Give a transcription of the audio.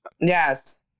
Yes